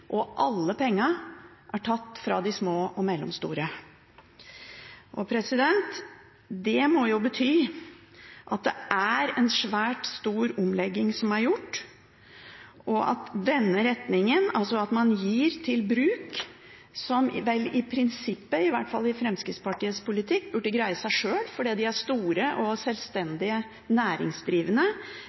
og alle pengene er tatt fra de små og mellomstore. Det må jo bety at det er en svært stor omlegging som er gjort, og en retning hvor man gir svært økte tilskudd til bruk som vel i prinsippet, i hvert fall i Fremskrittspartiets politikk, burde greie seg sjøl fordi de er store og selvstendige næringsdrivende,